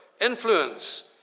influence